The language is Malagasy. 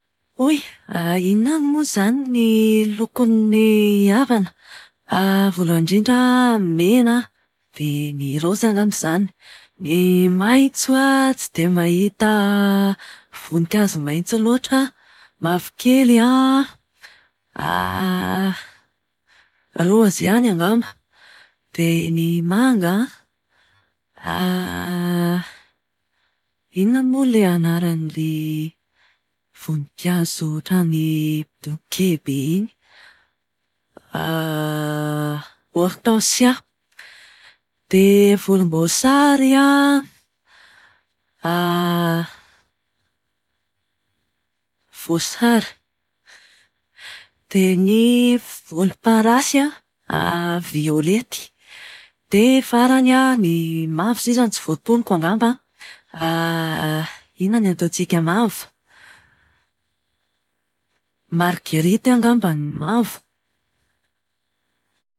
Oy! Inona avy moa izany ny lokon'ny avana? Voalohany indrindra, mena dia ny raozy angamba izany. Ny maitso a, tsy dia mahita vonikazo maitso loatra aho. Mavokely an, raozy ihany angamba. Dia ny manga, inona moa ilay anaran'ilay voninkazo ohatran'ny bokehy be iny? ortensia. Dia volomboasary an, voasary. Dia ny voloparasy an, violety. Dia farany an, ny mavo sisa no tsy voatonoko angamba. Inona no ataontsika mavo? Margerity angamba ny mavo.